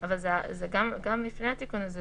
אבל גם לפני העבירה הזאת,